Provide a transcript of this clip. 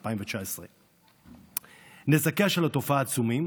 2019. נזקיה של התופעה עצומים,